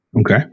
Okay